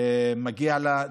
מגיע לו.